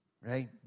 right